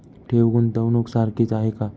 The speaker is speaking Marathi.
ठेव, गुंतवणूक सारखीच आहे का?